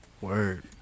Word